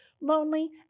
lonely